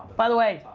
by the way,